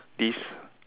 this